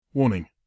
Warning